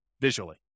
visually